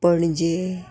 Panaji